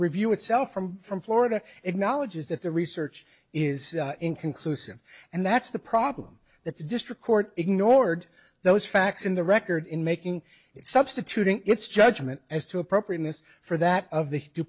review itself from from florida acknowledges that the research is inconclusive and that's the problem that the district court ignored those facts in the record in making it substituting its judgment as to appropriateness for that of the d